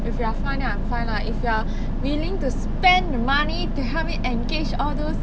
if you are fine then I am fine lah if you are willing to spend the money to help me engage all those